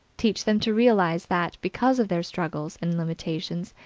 teach them to realize that, because of their struggles and limitations,